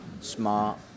smart